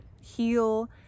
heal